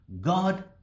God